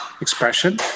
expression